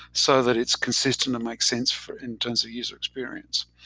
so that it's consistent and makes sense for in terms of user experience.